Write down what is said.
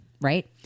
right